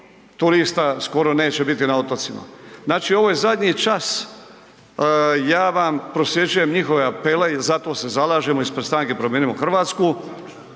turista skoro neće biti na otocima. Znači ovo je zadnji čas, ja vam prosljeđujem njihove apele i za to se zalažemo ispred Stranke Promijenimo Hrvatsku